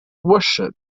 worship